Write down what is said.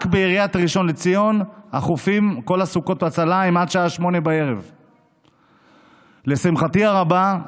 רק בעיריית ראשון לציון כל סוכות ההצלה הן עד השעה 20:00. לשמחתי הרבה,